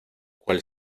cual